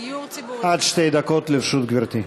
עד שתי דקות לרשות גברתי.